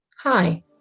Hi